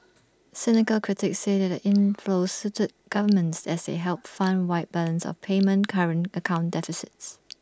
cynical critics say that the inflows suited governments as they helped fund wide balance of payment current account deficits